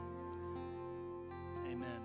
amen